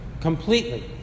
completely